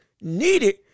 needed